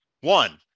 One